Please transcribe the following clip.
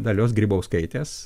dalios grybauskaitės